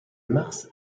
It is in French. mars